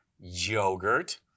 yogurt